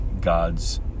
God's